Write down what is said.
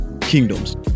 kingdoms